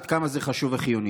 עד כמה זה חשוב וחיוני.